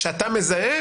שאתה מזהה,